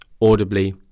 Audibly